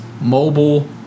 mobile